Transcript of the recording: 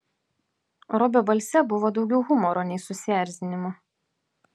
robio balse buvo daugiau humoro nei susierzinimo